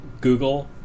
Google